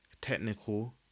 technical